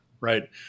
right